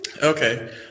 Okay